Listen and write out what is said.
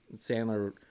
sandler